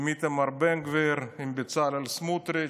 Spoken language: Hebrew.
עם איתמר בן גביר, עם בצלאל סמוטריץ',